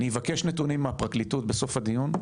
אני אבקש נתונים מהפרקליטות בסוף הדיון.